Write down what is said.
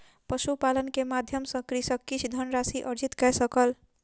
पशुपालन के माध्यम सॅ कृषक किछ धनराशि अर्जित कय सकल